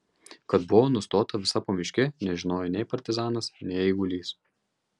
kad buvo nustota visa pamiškė nežinojo nei partizanas nei eigulys